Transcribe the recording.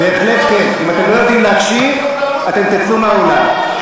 אני משיב לך כרגע.